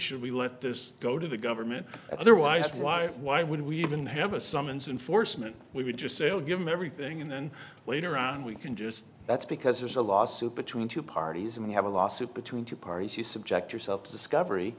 should we let this go to the government at otherwise why why would we even have a summons and foresman we would just say i'll give them everything and then later on we can just that's because there's a lawsuit between two parties and we have a lawsuit between two parties you subject yourself to discovery